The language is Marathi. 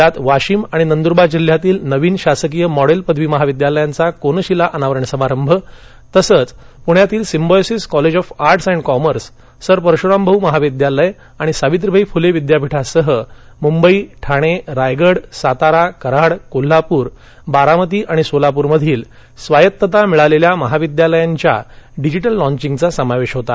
यात वाशिम आणि नंदूरबार जिल्ह्यातल्या नवीन शासकीय मॉडेल पदवी महाविद्यालयांचा कोनशिला अनावरण समारंभ तसंच पूण्यातील Symbiosis college of arts and commerce sir Parshurambhau महाविद्यालय आणि सावित्रीबाई फुले पुणे विद्यापीठासह मुंबई ठाणे रायगड सातारा कराड कोल्हापूर बारामती आणि सोलापूरमधील स्वायत्तता मिळालेल्या महाविद्यालयांच्या डिजिटल लॉंधिगचा समावेश होता